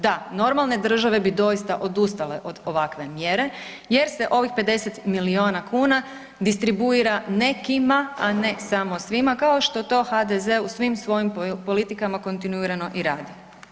Da, normalne države bi doista odustale od ovakve mjere jer se ovih 50 milijuna kuna distribuira nekima, a ne samo svima kao što to HDZ-e u svim svojim politikama kontinuirano i radi.